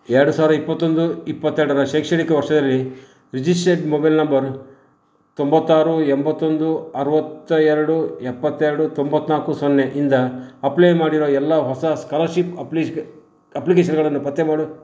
ಎರ್ಡು ಸಾವಿರ ಇಪ್ಪತ್ತೊಂದು ಇಪ್ಪತ್ತು ಎರಡರ ಶೈಕ್ಷಣಿಕ ವರ್ಷದಲ್ಲಿ ರಿಜಿಸ್ಟರ್ಡ್ ಮೊಬೈಲ್ ನಂಬರ್ ತೊಂಬತ್ತಾರು ಎಂಬಂತ್ತೊಂದು ಅರವತ್ತಾ ಎರಡು ಎಪ್ಪತ್ತೆರಡು ತೊಂಬತ್ತ್ನಾಲ್ಕು ಸೊನ್ನೆ ಇಂದ ಅಪ್ಲೈ ಮಾಡಿರೋ ಎಲ್ಲ ಹೊಸ ಸ್ಕಾಲರ್ಷಿಪ್ ಅಪ್ಲಿಶ್ಕ ಅಪ್ಲಿಕೇಷನ್ಗಳನ್ನು ಪತ್ತೆ ಮಾಡು